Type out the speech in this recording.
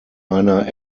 einer